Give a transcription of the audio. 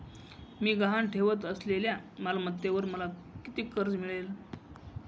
मी गहाण ठेवत असलेल्या मालमत्तेवर मला किती कर्ज मिळेल?